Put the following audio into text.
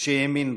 שהאמין בה.